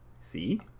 See